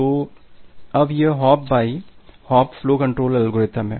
तो अब यह hop by hop flow control algorithm है